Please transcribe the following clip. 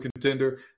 contender